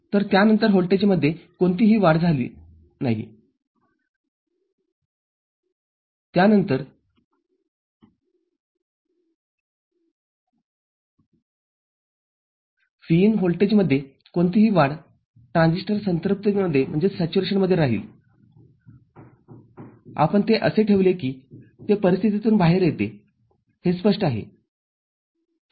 तर त्या नंतर व्होल्टेजमध्ये कोणतीही वाढ झालीत्यानंतर Vin व्होल्टेजमध्ये कोणतीही वाढ ट्रान्झिस्टर संतृप्तिमध्ये राहीलआपण तेअसे ठेवले की ते परिस्थितीतून बाहेर येते हे स्पष्ट आहे